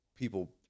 people